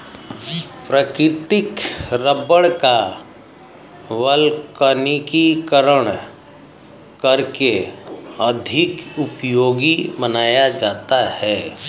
प्राकृतिक रबड़ का वल्कनीकरण करके अधिक उपयोगी बनाया जाता है